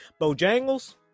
Bojangles